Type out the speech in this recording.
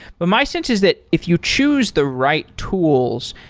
but my sense is that if you choose the right tools,